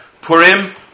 Purim